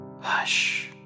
Hush